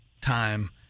time